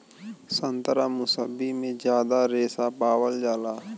संतरा मुसब्बी में जादा रेशा पावल जाला